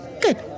Good